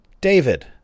David